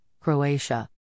Croatia